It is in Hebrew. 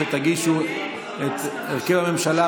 שתגישו את הרכב הממשלה,